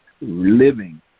living